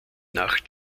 nach